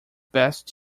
best